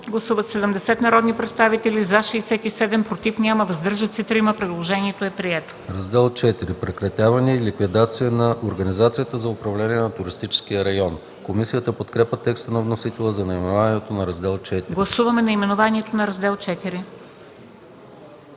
Гласуваме наименованието на Раздел ІV.